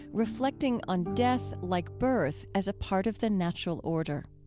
reflecting on death, like birth, as a part of the natural order